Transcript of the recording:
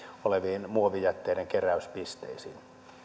oleviin muovijätteiden keräyspisteisiin